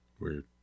weird